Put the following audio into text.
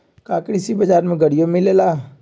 का कृषि बजार में गड़ियो मिलेला?